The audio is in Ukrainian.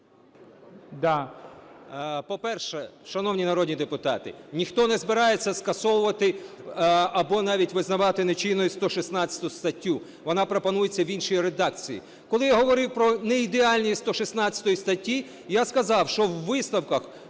По-перше, шановні народні депутати, ніхто не збирається скасовувати або навіть визнавати нечинною 116 статтю, вона пропонується в іншій редакції. Коли я говорив про неідеальність 116 статті, я сказав, що у висновках